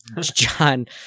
John